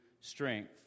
strength